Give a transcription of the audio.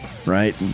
Right